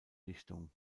lichtung